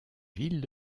villes